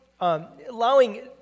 allowing